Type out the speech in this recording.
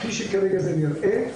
כפי שכרגע זה נראה,